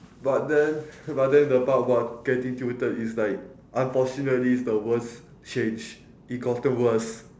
but then but then the part about getting tilted is like unfortunately it's the worst change it gotten worst